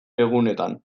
egunetan